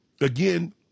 again